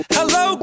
Hello